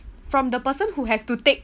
from the person who has to take